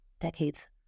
decades